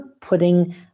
putting